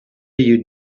you